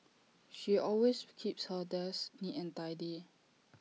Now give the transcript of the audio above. she always keeps her desk neat and tidy